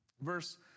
Verse